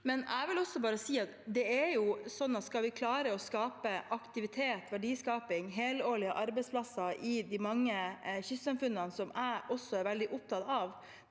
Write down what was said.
Jeg vil bare si at skal vi klare å skape aktivitet, verdiskaping og helårlige arbeidsplasser i de mange kystsamfunnene – som jeg også er veldig opptatt av,